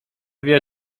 wie